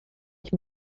ich